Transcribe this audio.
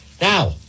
Now